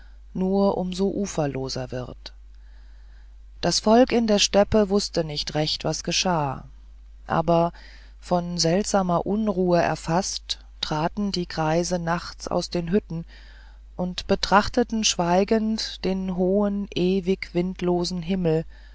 nur immer uferloser wird das volk in der stoppe wußte nicht recht was geschah aber von seltsamer unruhe erfaßt traten die greise nachts aus den hütten und betrachteten schweigend den hohen ewig windlosen himmel